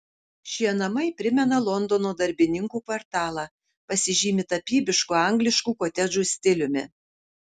šie namai primena londono darbininkų kvartalą pasižymi tapybišku angliškų kotedžų stiliumi